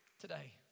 Today